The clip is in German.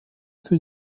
für